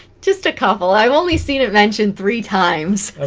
just a couple i've only seen it mentioned three times